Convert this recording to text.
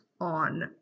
on